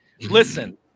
listen